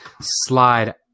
slide